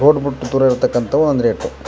road ಬಿಟ್ಟು ದೂರ ಇರ್ತಕ್ಕಂಥವ್ ಒಂದು ರೇಟು